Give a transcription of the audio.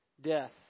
Death